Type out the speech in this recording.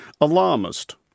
alarmist